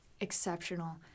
exceptional